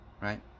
right